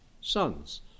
sons